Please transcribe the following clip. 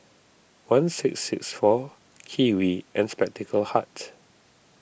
one six six four Kiwi and Spectacle Hut